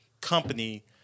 company